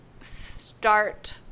start